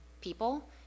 People